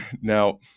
Now